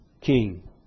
king